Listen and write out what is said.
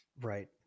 right